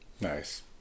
nice